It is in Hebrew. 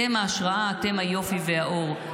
אתם ההשראה, אתם היופי והאור.